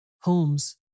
Holmes